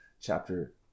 chapter